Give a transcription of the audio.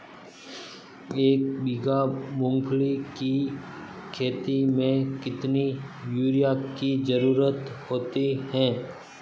एक बीघा मूंगफली की खेती में कितनी यूरिया की ज़रुरत होती है?